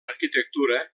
arquitectura